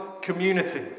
community